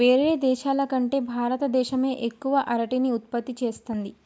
వేరే దేశాల కంటే భారత దేశమే ఎక్కువ అరటిని ఉత్పత్తి చేస్తంది